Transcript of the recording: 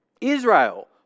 Israel